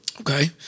Okay